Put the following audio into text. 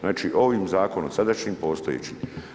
Znači ovim zakonom sadašnjim, postojećim.